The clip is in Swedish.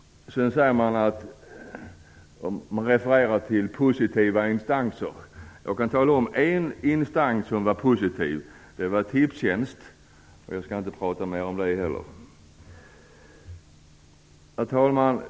Man refererar till positiva instanser. Jag kan tala om en instans som var positiv. Det var Tipstjänst. Jag skall inte prata mer om det heller. Herr talman!